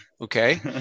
okay